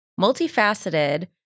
Multifaceted